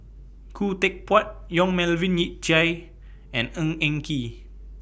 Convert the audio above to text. Khoo Teck Puat Yong Melvin Yik Chye and Ng Eng Kee